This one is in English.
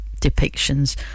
depictions